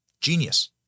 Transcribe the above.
Genius